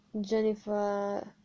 Jennifer